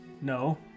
No